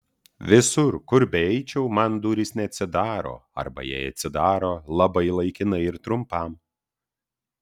visur kur beeičiau man durys neatsidaro arba jei atsidaro labai laikinai ir trumpam